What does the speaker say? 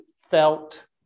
felt